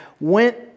went